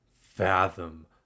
fathom